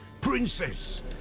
Princess